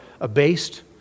abased